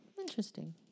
Interesting